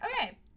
Okay